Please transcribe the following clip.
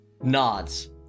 nods